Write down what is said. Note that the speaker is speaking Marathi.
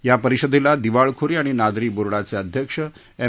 या परिषदेला दिवाळखोरी आणि नादारी बोर्डचे अध्यक्ष एम